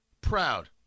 proud